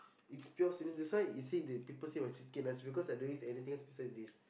it's pure that's why you see they people say when less because they are doing anything else besides this